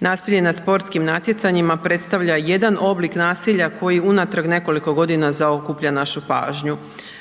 Nasilje na sportskim natjecanjima predstavlja jedan oblik nasilja koji unatrag nekoliko godina zaokuplja našu pažnju.